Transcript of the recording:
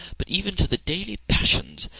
but even to the daily passion,